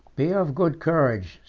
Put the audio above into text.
be of good courage,